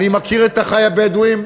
אני מכיר את אחי הבדואים.